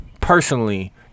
personally